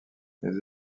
les